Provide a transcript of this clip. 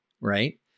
right